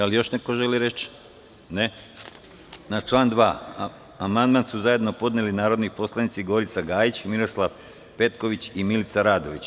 Da li još neko želi reč? (Ne) Na član 2. amandman su zajedno podneli narodni poslanici Gorica Gajić, Miroslav Petković i Milica Radović.